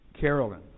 Carolyn